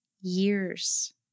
years